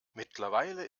mittlerweile